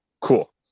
Cool